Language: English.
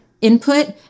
input